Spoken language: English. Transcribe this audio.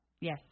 Yes